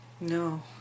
no